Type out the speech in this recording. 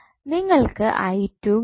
നിങ്ങൾക്ക് കിട്ടും